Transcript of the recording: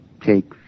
take